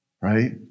right